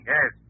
Yes